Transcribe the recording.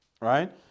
Right